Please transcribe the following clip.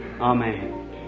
Amen